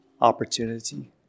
opportunity